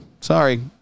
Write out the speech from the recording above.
Sorry